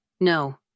No